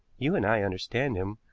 you and i understand him,